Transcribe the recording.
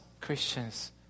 Christians